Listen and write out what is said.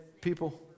people